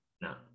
no